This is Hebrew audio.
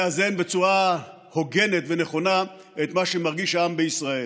לאזן בצורה הוגנת ונכונה את מה שמרגיש העם בישראל.